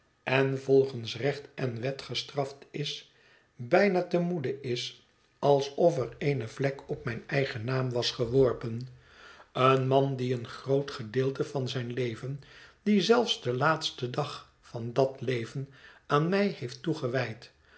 en volgens recht en wet gestraft is bijna te moede is alsof er eene vlek op mijn eigen naam was geworpen een man die een groot gedeelte van zijn leven die zelfs den laatsten dag van dat leven aan mij heeft toegewijd